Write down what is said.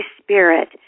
Spirit